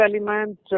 element